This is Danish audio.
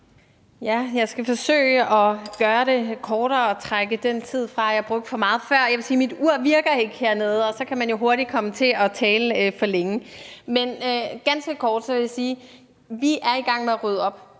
Jeg skal forsøge at gøre det kortere og trække den tid fra, jeg brugte for meget før. Jeg vil sige, at mit ur virker ikke, og så kan man jo hurtigt komme til at tale for længe. Men ganske kort vil jeg sige, at vi er i gang med at rydde op.